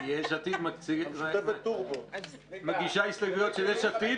כי יש עתיד מגישה הסתייגויות של יש עתיד